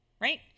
right